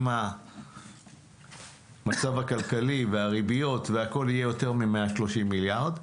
אם המצב הכלכלי והריביות והכול יהיה יותר מ-130 מיליארד,